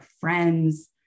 friends